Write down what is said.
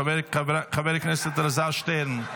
חבר הכנסת אלעזר שטרן,